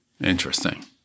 Interesting